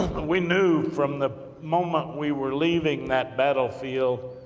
we knew from the moment we were leaving that battlefield,